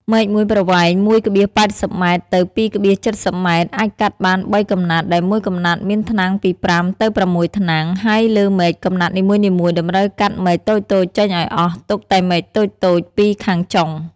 មែកមួយប្រវែង ១,៨០ ម៉ែត្រ ទៅ ២,៧០ ម៉ែត្រ អាចកាត់បាន៣កំណាត់ដែលមួយកំណាត់មានថ្នាំងពី ៥ ទៅ ៦ ថ្នាំង ហើយលើមែកកំណាត់នីមួយៗតម្រូវកាត់មែកតូចៗចេញឱ្យអស់ ទុកតែមែកតូចៗ២ ខាងចុង ។